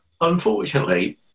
unfortunately